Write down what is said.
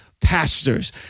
pastors